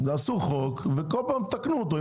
תעשו חוק ואם צריך תתקנו אותו.